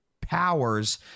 powers